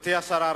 גברתי השרה,